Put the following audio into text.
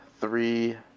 three